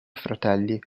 fratelli